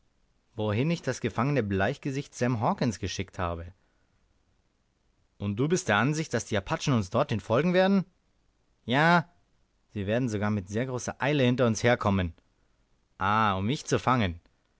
wohin ich das gefangene bleichgesicht sam hawkens geschickt habe und du bist der ansicht daß die apachen uns dorthin folgen werden ja sie werden sogar mit sehr großer eile hinter uns her kommen ah um mich zu fangen